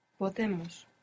Podemos